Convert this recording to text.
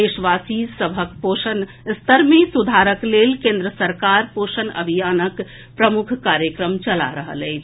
देशवासी सभक पोषण स्तर मे सुधारक लेल केन्द्र सरकार पोषण अभियानक प्रमुख कार्यक्रम चला रहल अछि